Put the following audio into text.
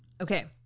Okay